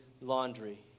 laundry